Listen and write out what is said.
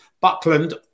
Buckland